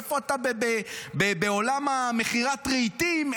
איפה אתה בעולם מכירת רהיטים,